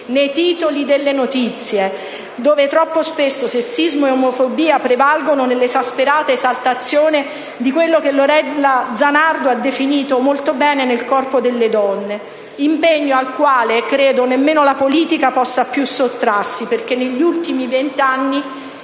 nei titoli delle notizie, dove sessismo e omofobia prevalgono nell'esasperata esaltazione di quello che Lorella Zanardo ha definito molto bene ne «Il corpo delle donne». Si tratta di un impegno al quale, credo, nemmeno la politica possa più sottrarsi perché negli ultimi venti anni